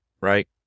right